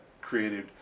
created